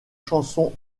chansons